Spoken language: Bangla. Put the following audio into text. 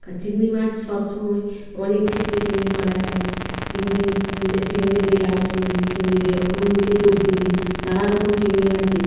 আর চিংড়ি মাছ সবসময় অনেক ক্ষেত্রে চিংড়ির মালাইকারি চিংড়ি চিংড়ি দিয়ে লাউ চিংড়ি চিংড়ি দিয়ে এঁচোড় চিংড়ি নানা রকম চিংড়ি মাছ দিয়ে